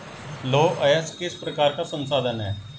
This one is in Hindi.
लौह अयस्क किस प्रकार का संसाधन है?